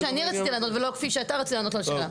כפי שאני רציתי לענות ולא כפי שאתה רצית לענות על השאלה.